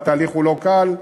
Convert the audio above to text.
והתהליך הוא לא קל,